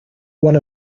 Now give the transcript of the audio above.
one